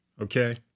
Okay